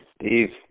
Steve